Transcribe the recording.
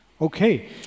Okay